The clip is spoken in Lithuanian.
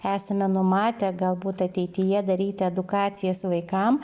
esame numatę galbūt ateityje daryti edukacijas vaikam